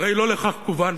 הרי לא לכך כּוּון,